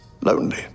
Lonely